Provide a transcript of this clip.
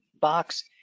box